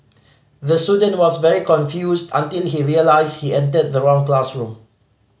the student was very confused until he realised he entered the wrong classroom